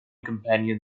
companion